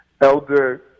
Elder